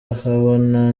ahabona